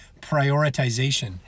prioritization